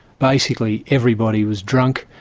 basically everybody was drunk,